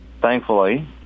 Thankfully